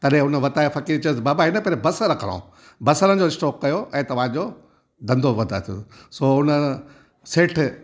तॾहिं उन वताये फ़कीर चयोसि बाबा हिन दफे बसर खणो बसरनि जो स्टॉक कयो ऐं तव्हांजो धंधो वधाये तू सो हुन सेठ